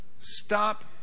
Stop